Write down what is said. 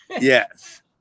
Yes